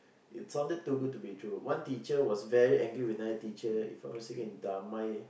it sounded too good to be true one teacher was very angry with another teacher If I not wrong was it in Damai